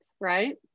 right